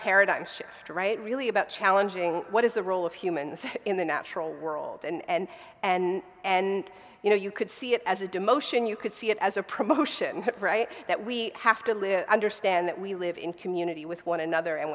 paradigm shift right really about challenging what is the role of humans in the natural world and and and you know you could see it as a demotion you could see it as a promotion that we have to live understand that we live in community with one another and